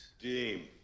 Team